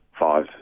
five